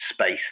space